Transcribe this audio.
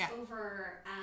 over